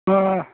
औ